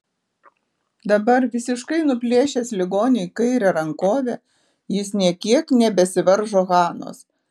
dabar visiškai nuplėšęs ligoniui kairę rankovę jis nė kiek nebesivaržo hanos